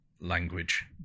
language